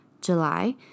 july